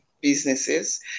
businesses